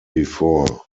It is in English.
before